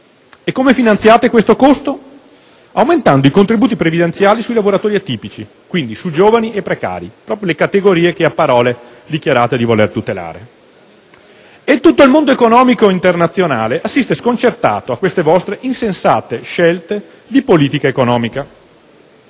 E come finanziate questo costo? Aumentando i contributi previdenziali sui lavoratori atipici, quindi su giovani e precari, proprio le categorie che, a parole, dichiarate di voler tutelare. Tutto il mondo economico internazionale assiste sconcertato a queste vostre insensate scelte di politica economica.